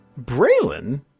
Braylon